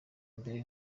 mbere